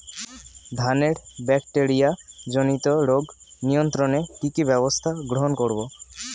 ধানের ব্যাকটেরিয়া জনিত রোগ নিয়ন্ত্রণে কি কি ব্যবস্থা গ্রহণ করব?